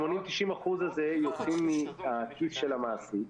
כי ה-80%-90% האלה יוצאים מהכיס של המעסיק,